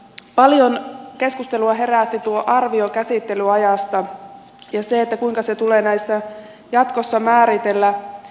paljon keskustelua herätti tuo arvio käsittelyajasta ja se kuinka se tulee näissä jatkossa määritellä